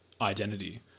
identity